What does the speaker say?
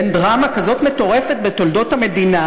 בין דרמה כזאת מטורפת בתולדות המדינה